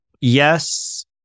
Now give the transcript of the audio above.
Yes